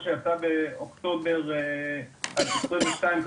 שיצא באוקטובר 2022 ,